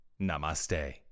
Namaste